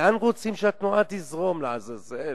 לאן רוצים שהתנועה תזרום, לעזאזל?